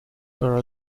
for